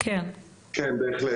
כן, בהחלט.